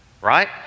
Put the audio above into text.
right